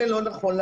זה לא נכון.